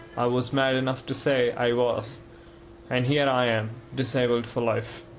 i was mad enough to say i was, and here i am disabled for life.